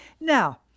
Now